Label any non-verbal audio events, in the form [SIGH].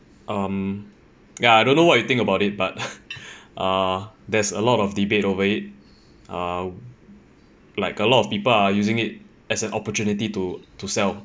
um ya I don't know what you think about it but [LAUGHS] uh there's a lot of debate over it uh like a lot of people are using it as an opportunity to to sell